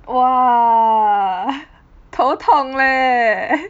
!wah! 头疼 leh